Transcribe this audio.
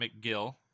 McGill